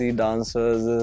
dancers